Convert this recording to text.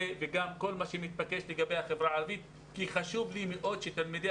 וגם מה שמתבקש לגבי החברה הערבית כי חשוב לי מאוד שתלמידי